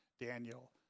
Daniel